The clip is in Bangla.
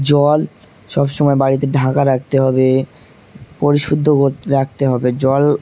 জল সব সবময় বাড়িতে ঢাকা রাখতে হবে পরিশুদ্ধ রাখতে হবে জল